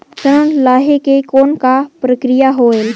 ऋण लहे के कौन का प्रक्रिया होयल?